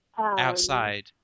outside